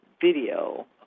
Video